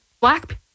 black